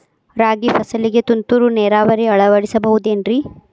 ರಾಗಿ ಫಸಲಿಗೆ ತುಂತುರು ನೇರಾವರಿ ಅಳವಡಿಸಬಹುದೇನ್ರಿ?